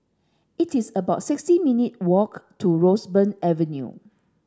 it is about sixty minute walk to Roseburn Avenue